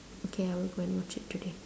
okay I will go watch it today